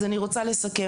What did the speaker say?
אז אני רוצה לסכם,